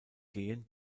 gehen